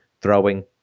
throwing